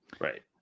Right